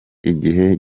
igihe